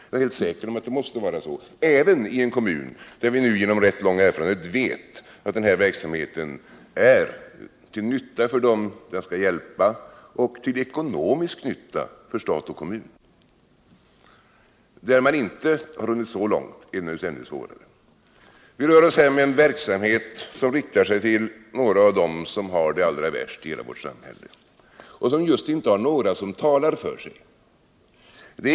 Jag är säker på att det måste vara så även i en kommun, där vi nu genom rätt lång erfarenhet vet att denna verksamhet är till nytta för dem som den skall hjälpa och till ekonomisk nytta för stat och kommun. Där man inte har hunnit så långt, är det naturligtvis ännu svårare. Vi rör oss här med en verksamhet, som riktar sig till några av dem som har det allra värst i hela vårt samhälle och som just inte har några som talar för sig.